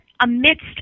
amidst